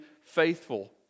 faithful